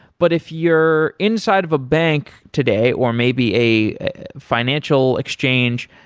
but if you're inside of a bank today, or maybe a financial exchange,